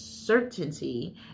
Certainty